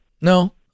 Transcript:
No